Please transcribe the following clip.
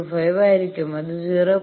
25 ആയിരിക്കും അത് 0